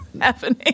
happening